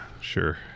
Sure